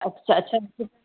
अच्छा अच्छा